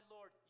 Lord